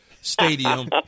Stadium